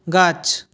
গাছ